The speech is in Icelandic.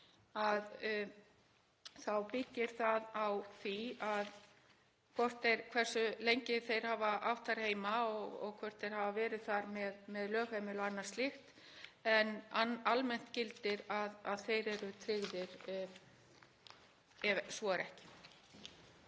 þá byggist það á því hversu lengi þeir hafa átt þar heima og hvort þeir hafa verið þar með lögheimili og annað slíkt en almennt gildir að þeir eru tryggðir ef svo er ekki.